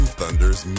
Thunders